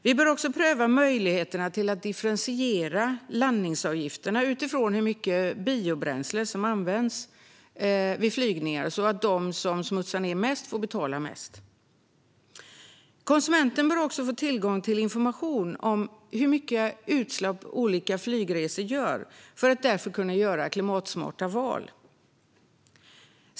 Vi bör också pröva möjligheterna till differentierade landningsavgifter utifrån hur mycket biobränsle som används vid flygningar, så att de som smutsar ned mest får betala mest. Konsumenten bör också få tillgång till information om hur mycket utsläpp olika flygresor innebär och därigenom kunna göra klimatsmarta val.